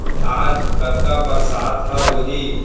आज कतका बरसात ह होही?